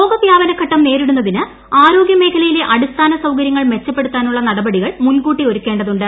രോഗവ്യാപനഘട്ടം നേരിടുന്നതിന് ആരോഗ്യമേഖലയിലെ അടിസ്ഥാന സൌകരൃങ്ങൾ സൌകര്യങ്ങൾ മെച്ചപ്പെടുത്താനുള്ള നടപടികൾ മുൻകൂട്ടി ഒരുക്കേണ്ടതുണ്ട്